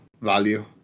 value